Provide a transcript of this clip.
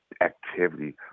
activity